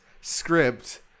script